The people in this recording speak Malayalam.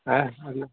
ഏ അത്